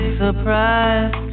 surprise